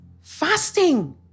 Fasting